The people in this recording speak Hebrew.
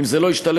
אם זה לא ישתלב,